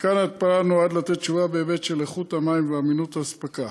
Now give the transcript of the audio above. מתקן ההתפלה נועד לתת תשובה בהיבט של איכות המים ואמינות האספקה.